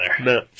No